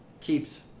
keeps